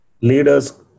Leaders